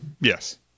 Yes